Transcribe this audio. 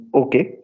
okay